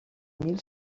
mil